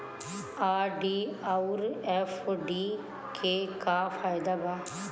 RD आउर FD के का फायदा बा?